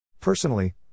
Personally